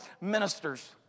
ministers